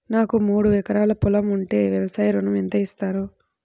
నాకు మూడు ఎకరాలు పొలం ఉంటే వ్యవసాయ ఋణం ఎంత ఇస్తారు?